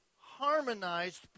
harmonized